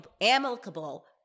amicable